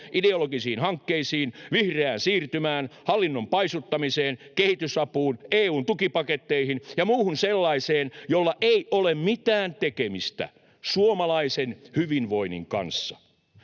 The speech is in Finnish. ideologisiin hankkeisiin, vihreään siirtymään, hallinnon paisuttamiseen, kehitysapuun, EU:n tukipaketteihin ja muuhun sellaiseen, jolla ei ole mitään tekemistä suomalaisen hyvinvoinnin kanssa.